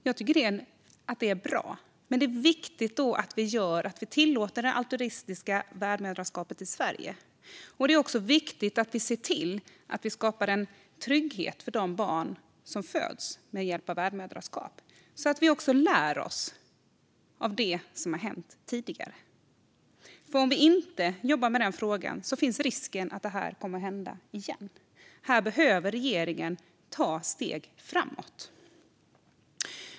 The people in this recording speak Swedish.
Jag tycker att det är bra, men det är viktigt att vi tillåter ett altruistiskt värdmoderskap i Sverige. Det är också viktigt att vi ser till att vi skapar en trygghet för de barn som föds med hjälp av värdmoderskap, att vi lär oss av det som har hänt tidigare, för om vi inte jobbar med den frågan finns risken att det kommer att hända igen. Här behöver regeringen ta steg framåt.